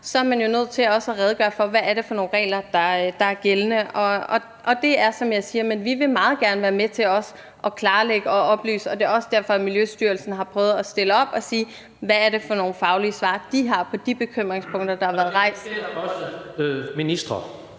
at man jo er nødt til også at redegøre for, hvad det er for nogle regler, der er gældende – og det er, som jeg siger – men vi vil meget gerne være med til også at klarlægge og oplyse, og det er også derfor, at Miljøstyrelsen har prøvet at stille op og sige: Hvad er det for nogle faglige svar, de har på de bekymringspunkter, der har været rejst